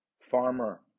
farmer